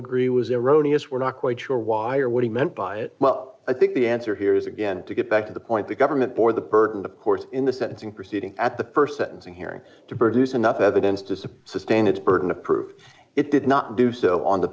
agree was erroneous we're not quite sure why or what he meant by it well i think the answer here is again to get back to the point the government or the burden of course in the sentencing proceeding at the st sentencing hearing to produce enough evidence to subsist and its burden of proof it did not do so on t